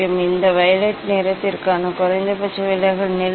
இப்போது இது வயலட் நிறத்திற்கான குறைந்தபட்ச விலகல் நிலை